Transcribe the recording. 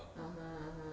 (uh huh) (uh huh)